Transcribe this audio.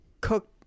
cook